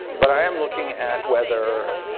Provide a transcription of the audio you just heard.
but i am looking at whether